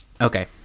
Okay